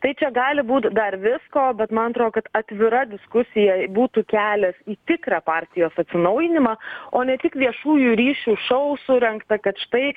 tai čia gali būt dar visko bet man atrodo kad atvira diskusija būtų kelias į tikrą partijos atsinaujinimą o ne tik viešųjų ryšių šou surengtą kad štai